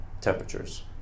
temperatures